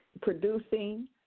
producing